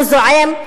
הוא זועם,